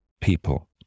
people